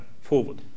forward